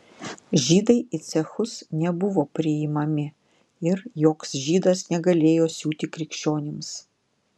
žydai į cechus nebuvo priimami ir joks žydas negalėjo siūti krikščionims